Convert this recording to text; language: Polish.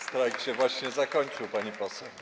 Strajk się właśnie zakończył, pani poseł.